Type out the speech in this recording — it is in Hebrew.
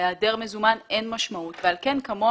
בהיעדר מזומן, אין משמעות ועל כן כמוה